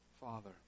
Father